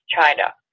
China